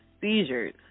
seizures